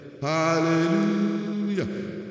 hallelujah